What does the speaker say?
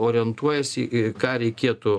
orientuojiesi į ką reikėtų